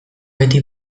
beti